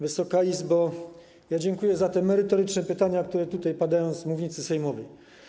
Wysoka Izbo! Dziękuję za te merytoryczne pytania, które padają tutaj, z mównicy sejmowej.